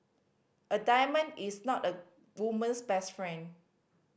a diamond is not a woman's best friend